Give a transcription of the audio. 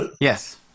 Yes